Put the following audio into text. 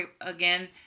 again